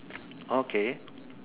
okay